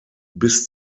bis